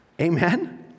Amen